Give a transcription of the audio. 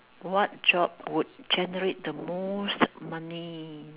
what job would generate the most money